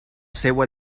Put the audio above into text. seua